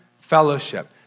fellowship